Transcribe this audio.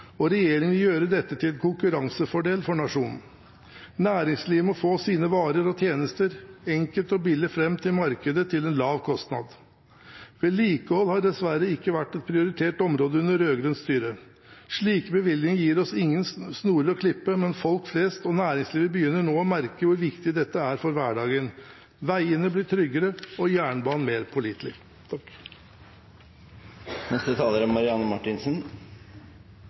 og regjeringen vil gjøre dette til en konkurransefordel for nasjonen. Næringslivet må få sine varer og tjenester enkelt og billig fram til markedene, til en lav kostnad. Vedlikehold har dessverre ikke vært et prioritert område under rød-grønt styre. Slike bevilgninger gir oss ingen snorer å klippe, men folk flest og næringslivet begynner nå å merke hvor viktig dette er for hverdagen. Veiene blir tryggere, og jernbanen blir mer pålitelig.